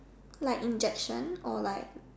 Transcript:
like injection or like